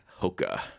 Hoka